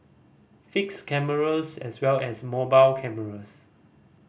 fixed cameras as well as mobile cameras